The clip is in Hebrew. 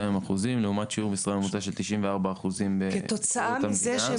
אחוזים לעומת שיעור משרה ממוצע של 94 אחוזים בשירות המדינה.